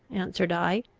answered i,